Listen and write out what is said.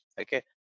okay